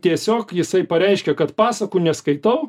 tiesiog jisai pareiškia kad pasakų neskaitau